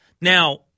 now